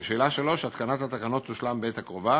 3. התקנת התקנות תושלם בעת הקרובה.